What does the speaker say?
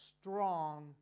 strong